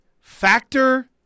Factor